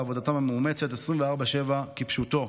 ועבודתם המאומצת 24/7 כפשוטו,